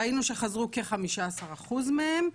ראינו שחזרו כ-15% מהם.